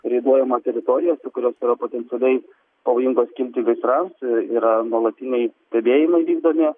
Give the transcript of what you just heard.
ribojama teritorijos kurios yra potencialiai pavojingos kilti gaisrams yra nuolatiniai stebėjimai vykdomi